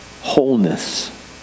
wholeness